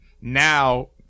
now